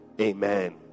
Amen